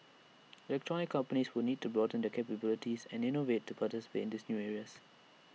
electronics companies will need to broaden their capabilities and innovate to participate in these new areas